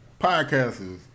Podcasters